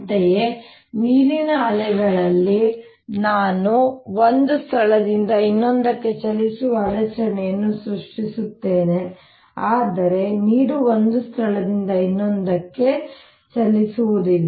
ಅಂತೆಯೇ ನೀರಿನ ಅಲೆಗಳಲ್ಲಿ ನಾನು ಒಂದು ಸ್ಥಳದಿಂದ ಇನ್ನೊಂದಕ್ಕೆ ಚಲಿಸುವ ಅಡಚಣೆಯನ್ನು ಸೃಷ್ಟಿಸುತ್ತೇನೆ ಆದರೆ ನೀರು ಒಂದು ಸ್ಥಳದಿಂದ ಇನ್ನೊಂದಕ್ಕೆ ಚಲಿಸುವುದಿಲ್ಲ